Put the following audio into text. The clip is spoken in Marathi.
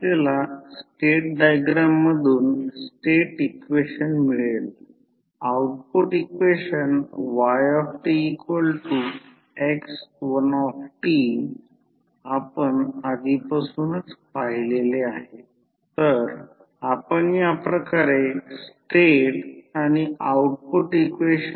आता म्हणून जर E1 E2 ने विभाजन केल्यास N1N2 मिळेल म्हणून जर या समीकरणाना E1 E2 ने विभाजन केल्यास N1N2 मिळेल म्हणून E1 N1 E2 N2 जे इंड्यूसड emf पर टर्न आहे ते कॉन्स्टंट आहे जे E1 N1 E2 N2 आहे